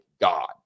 God